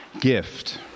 gift